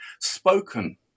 spoken